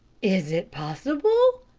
is it possible,